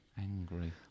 Angry